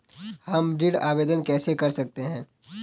हम ऋण आवेदन कैसे कर सकते हैं?